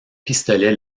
pistolet